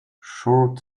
short